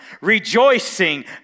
rejoicing